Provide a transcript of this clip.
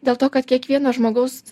dėl to kad kiekvieno žmogaus